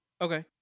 Okay